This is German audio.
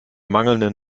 mangelnden